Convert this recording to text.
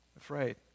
afraid